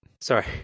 Sorry